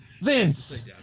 Vince